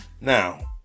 Now